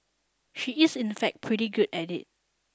she is in fact pretty good at it